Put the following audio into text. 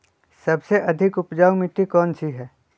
सबसे अधिक उपजाऊ मिट्टी कौन सी हैं?